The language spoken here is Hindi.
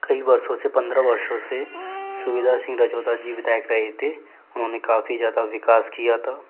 पिछले कई वर्षों से पंद्रह वर्सों से सुविधा सिंह रजौदा जी विधायक रहे थे उन्होंने काफ़ी ज़्यादा विकास किया था